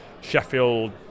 Sheffield